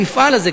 המפעל הזה,